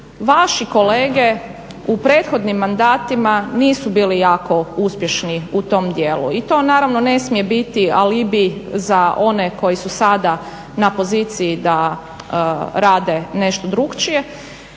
vaši kolege u prethodnim mandatima nisu bili jako uspješni u tom dijelu i to naravno ne smije biti alibi za one koji su sada na poziciji da rade nešto drukčije